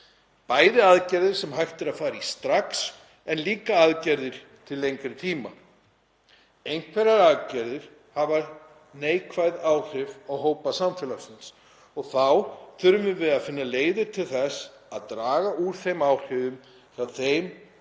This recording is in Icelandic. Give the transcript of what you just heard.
bæði aðgerðir sem hægt er að fara í strax en líka aðgerðir til lengri tíma. Einhverjar aðgerðir hafa neikvæð áhrif á hópa samfélagsins og þá þurfum við að finna leiðir til þess að draga úr þeim áhrifum hjá þeim